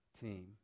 team